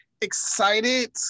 excited